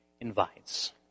invites